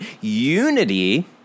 unity